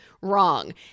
wrong